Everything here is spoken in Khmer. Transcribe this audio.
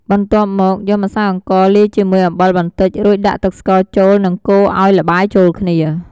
បន្ទាប់មកយកម្សៅអង្កលាយជាមួយអំបិលបន្តិច រួចដាក់ទឹកស្ករចូលនិងកូរឱ្យល្បាយចូលគ្នា។